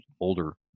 older